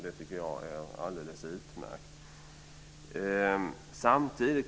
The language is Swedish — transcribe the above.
Det tycker jag är alldeles utmärkt.